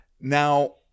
Now